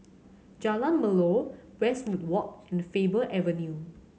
Jalan Melor West Walk and Faber Avenue